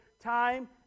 time